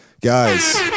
guys